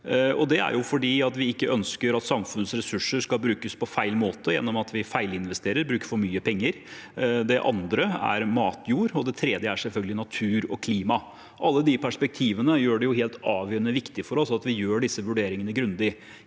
Det er fordi vi ikke ønsker at samfunnets ressurser skal brukes på feil måte gjennom at vi feilinvesterer, bruker for mye penger. Det andre er matjord. Det tredje er selvfølgelig naturen og klimaet. Alle disse perspektivene gjør det helt avgjørende viktig for oss at vi foretar disse vurderingene grundig.